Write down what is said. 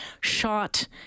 Shot